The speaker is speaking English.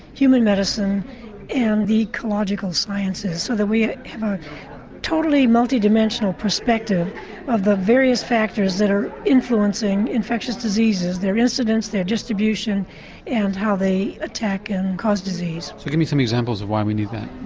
human medicine and the ecological sciences so that we have a totally multi-dimensional perspective of the various factors that are influencing infectious diseases, their incidence, their distribution and how they attack and cause disease. so give me some examples of why we need that?